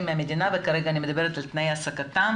מהמדינה וכרגע אני מדברת על תנאי העסקתם